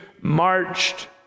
marched